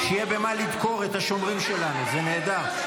שיהיה במה לדקור את השומרים שלנו, זה נהדר.